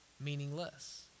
meaningless